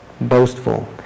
boastful